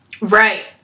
Right